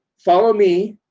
follow me.